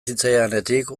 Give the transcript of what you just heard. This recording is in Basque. zitzaidanetik